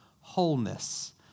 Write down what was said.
wholeness